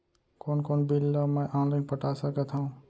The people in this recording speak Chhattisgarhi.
कोन कोन बिल ला मैं ऑनलाइन पटा सकत हव?